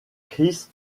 chris